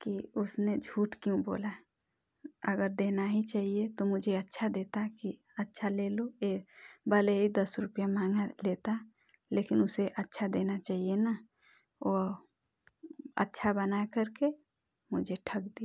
कि उसने झूठ क्यों बोला अगर देना ही चाहिए तो मुझे अच्छा देता कि अच्छा ले लो यह भले ही दस रुपये महँगा लेता लेकिन उसे अच्छा देना चाहिए ना वह अच्छा बन कर के मुझे ठग दिया